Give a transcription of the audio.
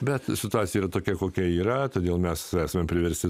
bet situacija yra tokia kokia yra todėl mes esame priversti